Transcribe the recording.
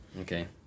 Okay